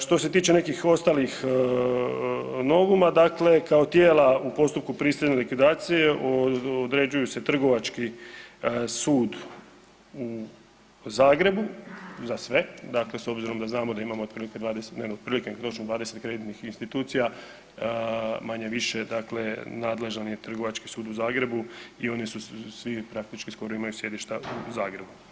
Što se tiče nekih ostalih novuma, dakle kao tijela u postupku prisilne likvidacije, određuju se Trgovački sud u Zagrebu, za sve, dakle s obzirom da znamo da imamo otprilike 20 dnevno, ... 20 kreditnih institucija, manje-više dakle nadležan je Trgovački sud u Zagrebu i oni su svi praktički skoro imaju sjedišta u Zagrebu.